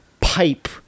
pipe